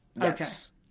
Yes